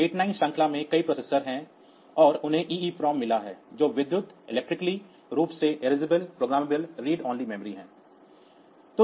89 श्रृंखला में कई प्रोसेसर हैं और उन्हें EEPROM मिला है जो विद्युत रूप से erasable programmable read only memory है